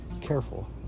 careful